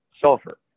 sulfur